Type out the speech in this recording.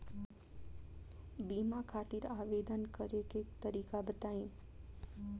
बीमा खातिर आवेदन करे के तरीका बताई?